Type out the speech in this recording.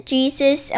Jesus